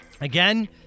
Again